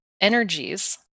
energies